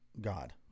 God